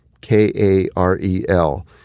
K-A-R-E-L